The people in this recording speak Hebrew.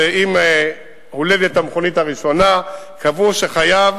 שעם הולדת המכונית הראשונה קבעו שחייב